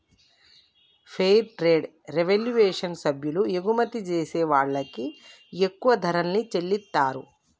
fair trade revolution సభ్యులు ఎగుమతి జేసే వాళ్ళకి ఎక్కువ ధరల్ని చెల్లిత్తారు